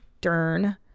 Dern